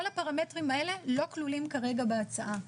כל הפרמטרים האלה לא כלולים כרגע בהצעה.